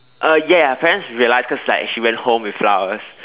uh ya ya her parents realize cause like she went home with flowers